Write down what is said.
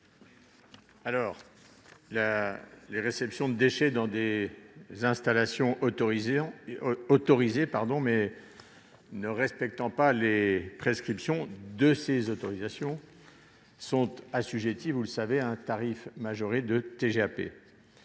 ? Les réceptions de déchets dans des installations autorisées, mais ne respectant pas les prescriptions de ces autorisations, sont assujetties à un tarif majoré de TGAP.